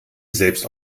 selbst